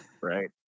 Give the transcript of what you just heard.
right